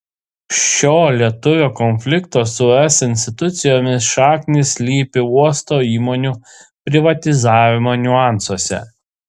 šio lietuvių konflikto su es institucijomis šaknys slypi uosto įmonių privatizavimo niuansuose